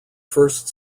first